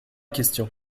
questions